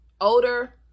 older